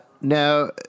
Now